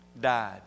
died